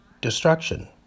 destruction